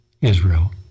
Israel